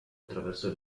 attraversò